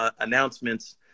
announcements